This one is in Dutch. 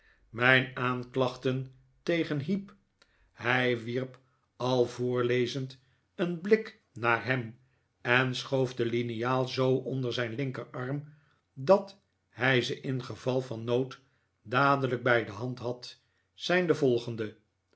mijn aanklachten tegen heep hij wierp al voortlezend een hlik naar hem en schoof de liniaal zoo onder zijn linkerarm dat hij ze in geval van nood dadelijk bij de hand had zijn de volgende